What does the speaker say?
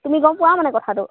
তুমি গম পোৱা মানে কথাটো